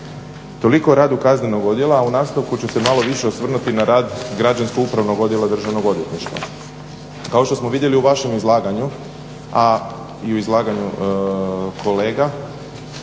Toliko o radu kaznenog odijela. A u nastavku ću se malo više osvrnuti na rad Građansko-upravnog odijela Državnog odvjetništva. Kao što smo vidjeli u vašem izlaganju, a i u izlaganju kolega,